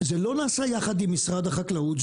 זה לא נעשה יחד עם משרד החקלאות,